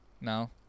No